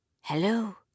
Hello